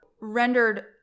rendered